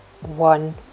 one